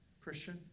Christian